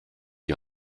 die